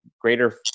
greater